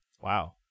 Wow